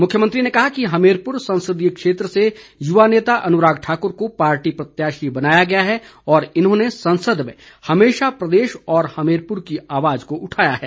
मुख्यमंत्री ने कहा कि हमीरपुर संसदीय क्षेत्र से युवा नेता अनुराग ठाकुर को पार्टी प्रत्याशी बनाया गया है और इन्होंने संसद में हमेशा प्रदेश व हमीरपुर की आवाज को उठाया है